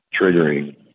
triggering